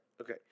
okay